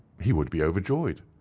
he would be overjoyed.